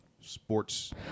sports